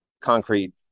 concrete